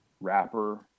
rapper